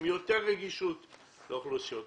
עם יותר רגישות לאוכלוסיות המיוחדות,